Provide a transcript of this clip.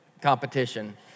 competition